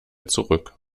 zurück